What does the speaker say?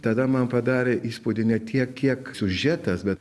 tada man padarė įspūdį ne tiek kiek siužetas bet